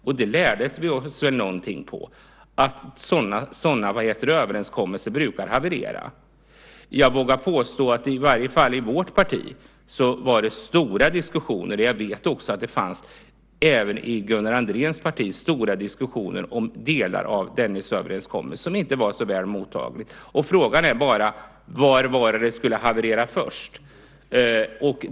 Det som vi lärde oss av det var att sådana överenskommelser brukar haverera. Jag vågar påstå att det i varje fall i vårt parti fördes stora diskussioner, och jag vet att det även i Gunnar Andréns parti förekom stora diskussioner, om delar av Dennisöverenskommelsen. Den var inte särskilt väl mottagen. Frågan var bara när det skulle haverera.